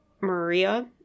maria